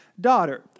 daughter